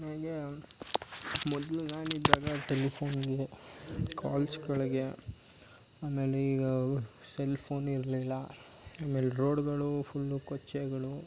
ಕೊನೆಗೆ ಮೊದಲು ನಾನಿದ್ದಾಗ ಟೆಲಿಫೋನಿಗೆ ಕಾಲ್ಸ್ಗಳಿಗೆ ಆಮೇಲೆ ಈಗ ಸೆಲ್ಫೋನ್ ಇರಲಿಲ್ಲ ಆಮೇಲೆ ರೋಡುಗಳು ಫುಲ್ಲು ಕೊಚ್ಚೆಗಳು